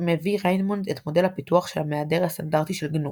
מביא ריימונד את מודל הפיתוח של המהדר הסטנדרטי של גנו,